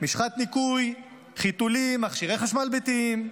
משחת ניקוי, חיתולים, מכשירי חשמל ביתיים,